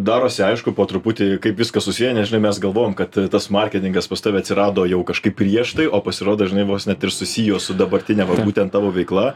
darosi aišku po truputį kaip viskas susiję nes žinai mes galvojom kad tas marketingas pas tave atsirado jau kažkaip prieš tai o pasirodo žinai vos net ir susijo su dabartine būtent tavo veikla